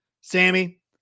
Sammy